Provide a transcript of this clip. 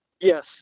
yes